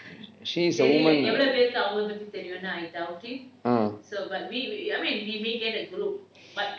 mm